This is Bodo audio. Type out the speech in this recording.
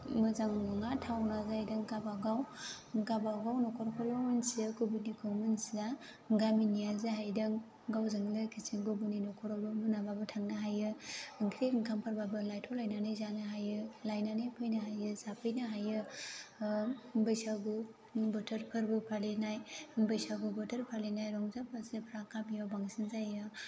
मोजां नङा टावना जाहैदों गाबागाव गाबागाव नख'रखौल' मोनथियो गुबुननिखौ मोनथिया गामिनिया जाहैदों गावजों लोगोसे गुबुननि नखरावबो मोनाबाबो थांनो हायो ओंख्रि ओंखामफोरबाबो लायथ' लायनानै जानो हायो लायनानै फैनो हायो जाफैनो हायो बैसागु बोथोर फोरबो फालिनाय बैसागु बोथोर फालिनाय रंजा बाजाफ्रा गामियाव बांसिन जायो